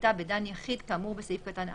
לתיתה בדן יחיד כאמור בסעיף קטן (א),